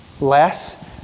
less